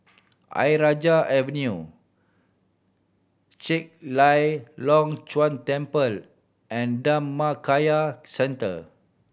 Ayer Rajah Avenue Chek Lai Long Chuen Temple and Dhammakaya Centre